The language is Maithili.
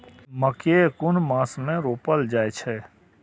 मकेय कुन मास में रोपल जाय छै?